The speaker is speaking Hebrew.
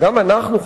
גם אנחנו,